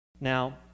Now